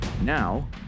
Now